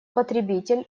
потребитель